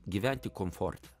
gyventi komforte